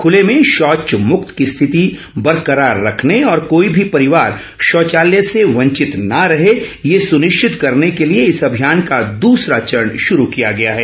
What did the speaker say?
खूले में शौच मुक्त की स्थिति बरकरार रखने और कोई भी परिवार शौचालय से वंचित न रहे यह सुनिश्चित करने के लिए इस अभियान का दूसरा चरण शुरू किया गया है